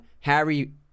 Harry